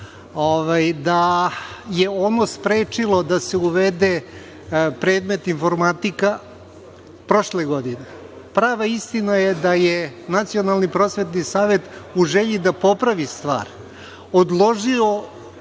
da je ono sprečilo da se uvede predmet informatika prošle godine. Prava istina je da je Nacionalni prosvetni savet, u želji da popravi stvar, odložio